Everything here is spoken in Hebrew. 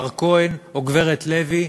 מר כהן או גברת לוי,